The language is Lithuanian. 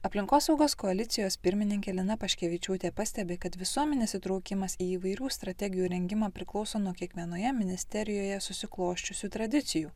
aplinkosaugos koalicijos pirmininkė lina paškevičiūtė pastebi kad visuomenės įtraukimas į įvairių strategijų rengimą priklauso nuo kiekvienoje ministerijoje susiklosčiusių tradicijų